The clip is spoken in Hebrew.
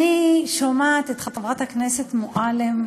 אני שומעת את חברת הכנסת מועלם,